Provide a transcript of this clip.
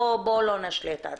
בוא לא נשלה את עצמנו.